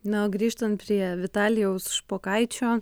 na o grįžtant prie vitalijaus špokaičio